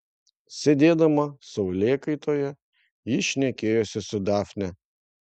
sėdėdama saulėkaitoje ji šnekėjosi su dafne